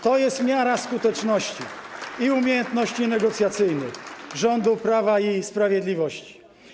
To jest miara skuteczności i umiejętności negocjacyjnych rządu Prawa i Sprawiedliwości.